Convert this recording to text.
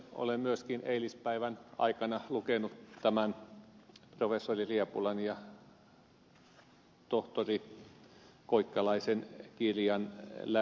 olen myöskin eilispäivän aikana lukenut tämän professori riepulan ja tohtori koikkalaisen kirjan lävitse